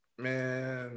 Man